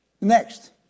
Next